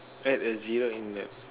add a zero in there